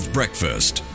Breakfast